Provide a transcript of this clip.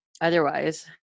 otherwise